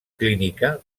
clínica